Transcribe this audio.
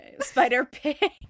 Spider-Pig